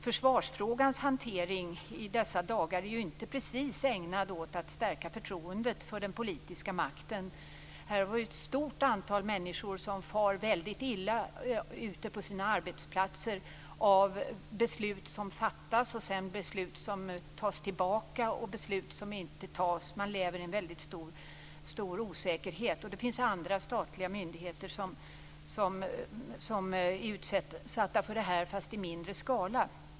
Försvarsfrågans hantering i dessa dagar är inte precis ägnad att stärka förtroendet för den politiska makten. Här har vi ett stort antal människor som far mycket illa ute på sina arbetsplatser av beslut som fattas, beslut som tas tillbaka och beslut som inte fattas. Man lever i en mycket stor osäkerhet. Det finns andra statliga myndigheter som också är utsatta för detta fast i mindre skala.